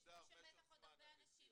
ישבו שם בטח עוד הרבה אנשים.